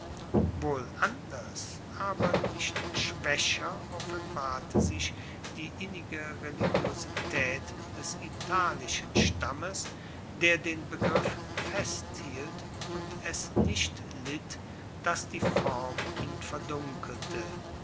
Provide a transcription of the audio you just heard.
wohl anders aber nicht schwaecher offenbarte sich die innige religiositaet des italischen stammes der den begriff festhielt und es nicht litt dass die form ihn verdunkelte